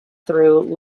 through